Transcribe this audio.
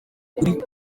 kuri